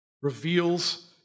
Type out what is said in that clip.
reveals